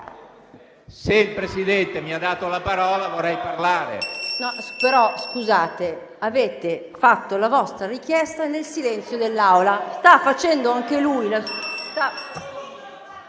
Se il Presidente mi ha dato la parola, vorrei parlare.